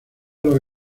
los